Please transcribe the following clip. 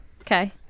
okay